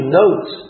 notes